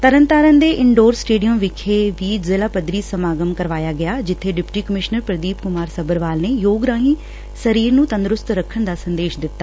ਤਰਨਤਾਰਨ ਦੇ indoor stadium ਵਿਖੇ ਵੀ ਜ਼ਿਲ੍ਹਾ ਪੱਧਰੀ ਸਮਾਗਮ ਕਰਵਾਇਆ ਗਿਆ ਜਿੱਬੇ ਡਿਪਟੀ ਕਮਿਸ਼ਨਰ ਪ੍ਰਦੀਪ ਕੁਮਾਰ ਸੱਭਰਵਾਲ ਨੇ ਯੋਗ ਰਾਹੀ ਸਰੀਰ ਨੂੰ ਤੰਦਰੁਸਤ ਰੱਖਣ ਦਾ ਸੰਦੇਸ਼ ਦਿੱਤਾ